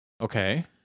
Okay